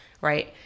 right